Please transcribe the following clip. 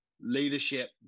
leadership